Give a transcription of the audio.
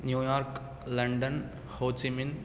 New York London Ho Chi Minh